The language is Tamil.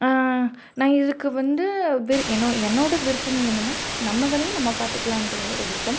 நான் இதுக்கு வந்து விரு என்னோ என்னோடய விருப்பம் என்னன்னா நம்ம வேலையை நம்ம பார்த்துக்கலான்ற ஒரு விருப்பம்